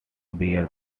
bears